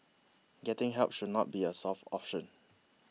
getting help should not be a soft option